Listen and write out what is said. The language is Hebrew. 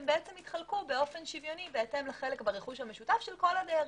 הם יתחלקו באופן שוויוני בהתאם לחלק ברכוש המשותף של כל הדיירים,